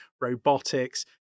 robotics